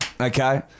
Okay